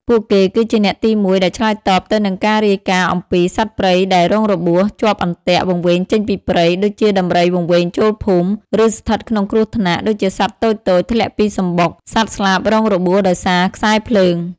ពួកគេគឺជាអ្នកទីមួយដែលឆ្លើយតបទៅនឹងការរាយការណ៍អំពី សត្វព្រៃដែលរងរបួស ជាប់អន្ទាក់ វង្វេងចេញពីព្រៃ ដូចជាដំរីវង្វេងចូលភូមិ ឬស្ថិតក្នុងគ្រោះថ្នាក់ ដូចជាសត្វតូចៗធ្លាក់ពីសំបុក សត្វស្លាបរងរបួសដោយសារខ្សែភ្លើង។